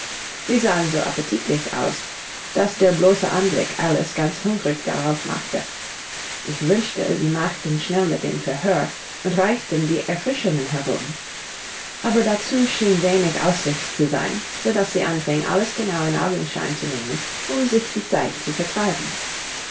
sie sahen so appetitlich aus daß der bloße anblick alice ganz hungrig darauf machte ich wünschte sie machten schnell mit dem verhör und reichten die erfrischungen herum aber dazu schien wenig aussicht zu sein so daß sie anfing alles genau in augenschein zu nehmen um sich die zeit zu vertreiben